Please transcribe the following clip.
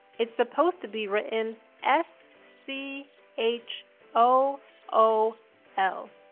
it's supposed to be written s c h o o l.